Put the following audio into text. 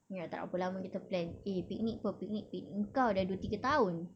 ya tak berapa lama kita plan eh picnic [pe] picnic picn~ engkau dah dua tiga tahun